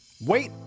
Wait